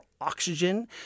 oxygen